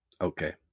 Okay